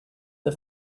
the